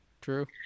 True